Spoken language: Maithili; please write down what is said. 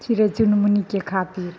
चिड़य चुनमुनीके खातिर